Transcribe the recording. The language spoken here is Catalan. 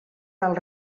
del